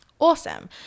awesome